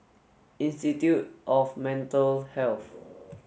institute of Mental Health